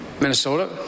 Minnesota